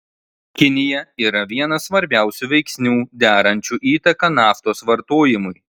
kinija yra vienas svarbiausių veiksnių darančių įtaką naftos vartojimui